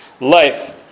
life